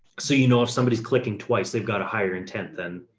so, you know, if somebody's clicking twice, they've got a higher intent than,